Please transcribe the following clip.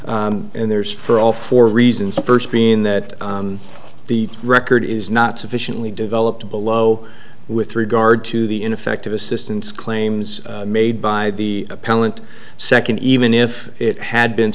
and there is for all four reasons the first being that the record is not sufficiently developed below with regard to the ineffective assistance claims made by the appellant second even if it had been